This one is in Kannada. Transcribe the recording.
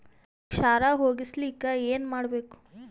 ಈ ಕ್ಷಾರ ಹೋಗಸಲಿಕ್ಕ ಏನ ಮಾಡಬೇಕು?